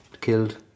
Killed